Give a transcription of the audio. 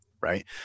right